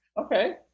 Okay